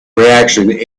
reactions